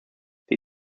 sie